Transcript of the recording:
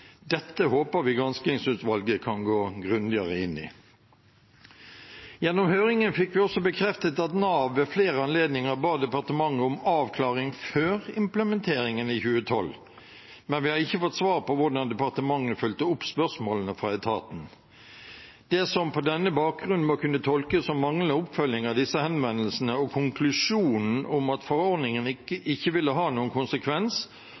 Dette håper vi granskingsutvalget kan gå grundigere inn i. Gjennom høringen fikk vi også bekreftet at Nav ved flere anledninger ba departementet om avklaring før implementeringen i 2012, men vi har ikke fått svar på hvordan departementet fulgte opp spørsmålene fra etaten. Det som på denne bakgrunn må kunne tolkes som manglende oppfølging av disse henvendelsene, og konklusjonen om at forordningen ikke ville ha noen konsekvens,